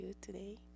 today